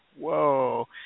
whoa